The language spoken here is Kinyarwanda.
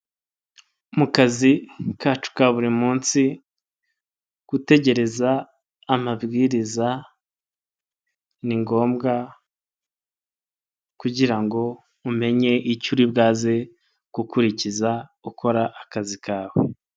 Mu kazi kacu ka buri munsi gutegereza amabwiriza ni ngombwa, kugira ngo umenye icyo uri bwaze gukurikiza ukora akazi kawe.